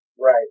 Right